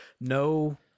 no